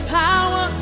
power